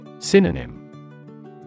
Synonym